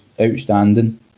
outstanding